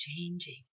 changing